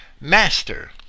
master